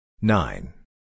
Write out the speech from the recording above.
Nine